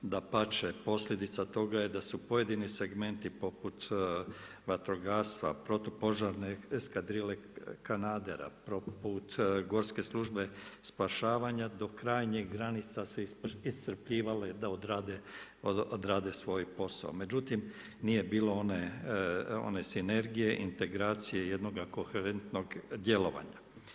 Dapače, posljedica toga je da su pojedini segmenti poput vatrogastva, protupožarne eskadrile kanadera, poput Gorske službe spašavanja do krajnjih granica se iscrpljivale da odrade svoj posao međutim nije bilo one sinergije, integracije jednog koherentnog djelovanja.